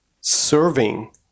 serving